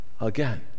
again